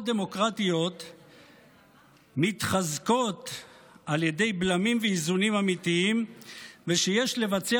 דמוקרטיות מתחזקות על ידי בלמים ואיזונים אמיתיים ושיש לבצע